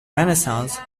renaissance